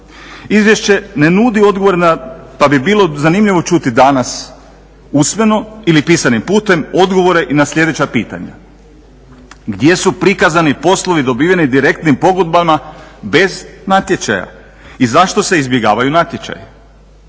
Izvješće ne nudi odgovor na, pa bi bilo zanimljivo čuti danas usmeno ili pisanim putem odgovore i na sljedeća pitanja. Gdje su prikazani poslovi dobiveni direktnim pogodbama bez natječaja i zašto se izbjegavaju natječaji?